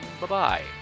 Bye-bye